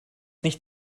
nicht